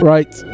Right